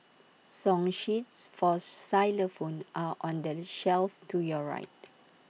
song sheets for xylophones are on the shelf to your right